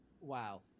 wow